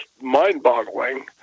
mind-boggling